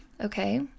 Okay